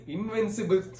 Invincible